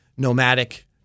nomadic